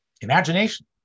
imagination